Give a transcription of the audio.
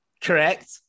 Correct